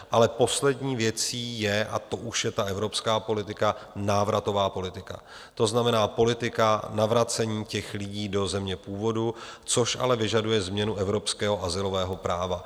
Ale poslední věcí je evropská politika, návratová politika, to znamená, politika navracení těch lidí do země původu, což ale vyžaduje změnu evropského azylového práva.